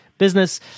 business